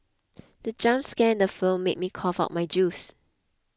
the jump scare in the film made me cough out my juice